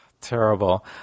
terrible